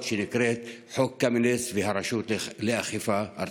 שנקראת חוק קמיניץ והרשות לאכיפה ארצית.